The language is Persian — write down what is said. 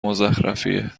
مزخرفیه